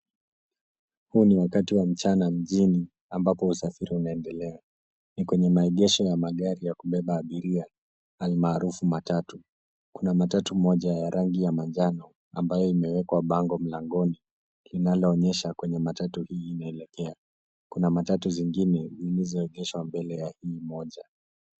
Huu ni wakati wa mchana mjini ambapo usafiri unaendelea. Ni kwenye maegesho ya magari ya kubeba abiria, hali maarufu, matatu. Kuna matatu moja ya rangi ya manjano, ambayo imewekwa bango mlangoni, linaloonyesha kwenye matatu linaelekea. Kuna matatu zingine zilizoegeshwa mbele ya hii moja.